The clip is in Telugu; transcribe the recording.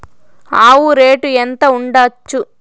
ఆవు రేటు ఎంత ఉండచ్చు?